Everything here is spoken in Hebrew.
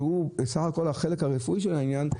שעוסק רק בחלק הרפואי של העניין,